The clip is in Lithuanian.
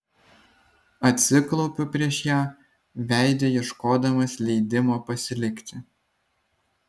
atsiklaupiu prieš ją veide ieškodamas leidimo pasilikti